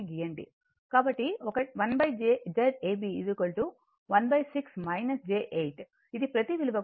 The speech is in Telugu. కాబట్టి 1 Zab 16 j 8 ఇది ప్రతి విలువకు వస్తుంది